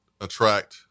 attract